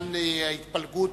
בעניין ההתפלגות